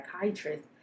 psychiatrist